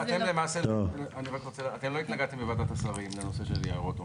בוועדת השרים לא התנגדתם לנושא של יערות?